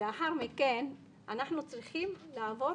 לאחר מכן אנחנו צריכים לעבור